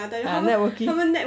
ya networking